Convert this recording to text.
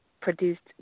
produced